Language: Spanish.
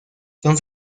son